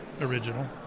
original